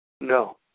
No